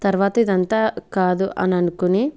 తర్వాత ఇదంతా కాదు అననుకొని